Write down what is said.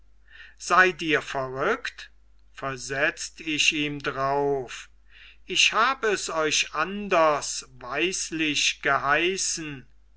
seid ihr verrückt versetzt ich ihm drauf ich hab es euch anders weislich geheißen